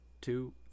two